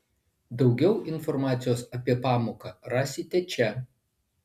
daugiau informacijos apie pamoką rasite čia